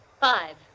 Five